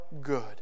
good